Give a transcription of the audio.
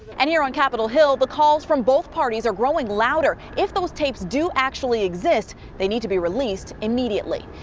and here on capitol hill, the calls from both parties are growing louder. if those tapes do actually exist they need to be released immediately.